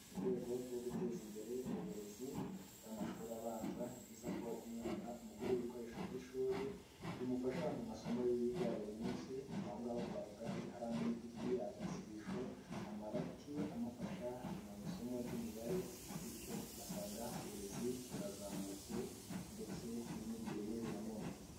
Mu rwego rwo guteza imbere uburezi bw'amashuri abanza ni byiza ko umwana umugurira ibikoresho by'ishuri bimufasha mu masomo ye yiga ya buri munsi, aho ngaho twavuga nk'ikaramu y'igiti, agasibisho, amarati amufasha mu isomo ry'imibare, bityo ugasanga uburezi burazamutse ndetse n'imyigire ye biramworoheye.